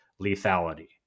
lethality